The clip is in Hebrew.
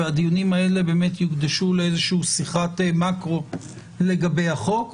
והדיונים האלה יוקדשו לשיחת מקרו לגבי החוק,